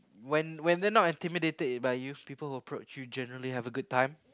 when when they're not intimidated by you people who approach you generally have a good time